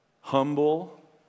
humble